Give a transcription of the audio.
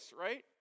right